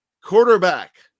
quarterback